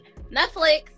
netflix